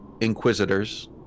Inquisitors